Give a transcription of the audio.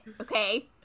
okay